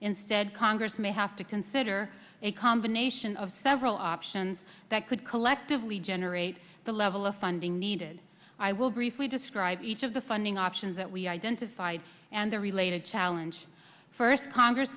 instead congress may have to consider a combination of several options that could collectively generate the level of funding needed i will briefly describe each of the funding options that we identified and the related challenge first congress